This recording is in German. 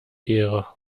ehre